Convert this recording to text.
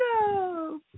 No